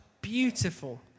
beautiful